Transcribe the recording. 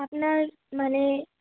আপনার মানে